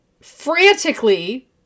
frantically